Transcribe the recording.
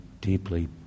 deeply